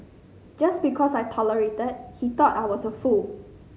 just because I tolerated he thought I was a fool